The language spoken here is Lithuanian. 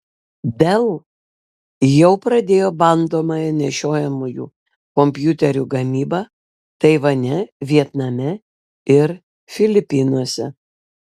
dell jau pradėjo bandomąją nešiojamųjų kompiuterių gamybą taivane vietname ir filipinuose